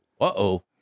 uh-oh